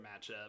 matchup